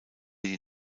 die